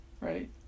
right